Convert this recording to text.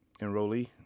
enrollee